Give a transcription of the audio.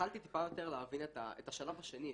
התחלתי טיפה יותר להבין את השלב השני,